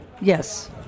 Yes